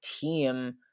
team